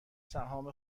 سهام